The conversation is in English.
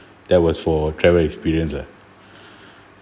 that was for travel experience lah